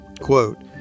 Quote